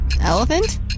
Elephant